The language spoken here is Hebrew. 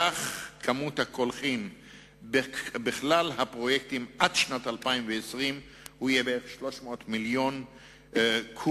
סך כמות הקולחין בכלל הפרויקטים עד שנת 2020 יהיה בערך 300 מיליון קוב,